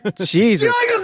jesus